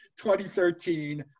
2013